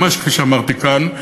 ממש כפי שאמרתי כאן,